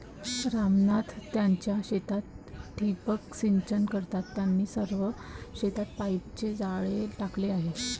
राम नाथ त्यांच्या शेतात ठिबक सिंचन करतात, त्यांनी सर्व शेतात पाईपचे जाळे टाकले आहे